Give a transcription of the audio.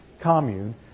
commune